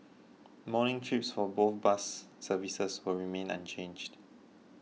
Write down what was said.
morning trips for both bus services will remain unchanged